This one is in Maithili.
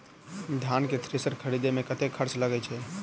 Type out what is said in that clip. धान केँ थ्रेसर खरीदे मे कतेक खर्च लगय छैय?